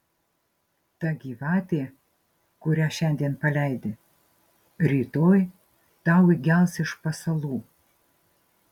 ta gyvatė kurią šiandien paleidi rytoj tau įgels iš pasalų